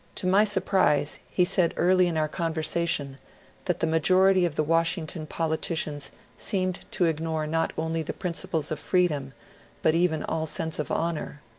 to my surprise he said early in our conversation that the majority of the washington politicians seemed to ignore not only the principles of freedom but even all sense of honour.